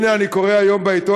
הנה אני קורא היום בעיתון,